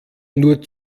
nur